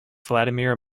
vladimir